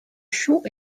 chauds